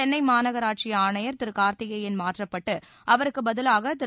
சென்னை மாநகராட்சி ஆணையர் திரு கார்த்திகேயன் மாற்றப்பட்டு அவருக்கு பதிலாக திரு